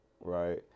right